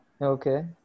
Okay